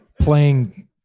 Playing